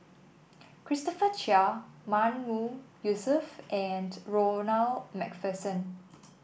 Christopher Chia Mahmood Yusof and Ronald MacPherson